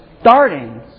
starting